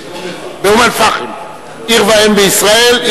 באום-אל-פחם, עיר ואם בישראל.